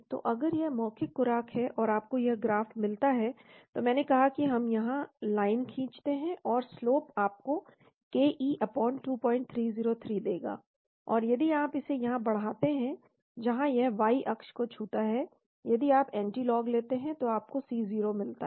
तो अगर यह मौखिक खुराक है और आपको यह ग्राफ मिलता है तो मैंने कहा कि हम यहां लाइन खींचते हैं और स्लोप आपको ke2303 देगा और यदि आप इसे यहां बढ़ाते हैं जहां यह वाई अक्ष को छूता है यदि आप एंटीलॉग लेते हैं तो आपको C0 मिलता है